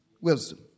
wisdom